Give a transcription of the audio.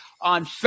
on